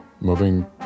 moving